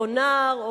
או נער,